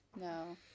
No